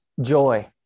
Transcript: joy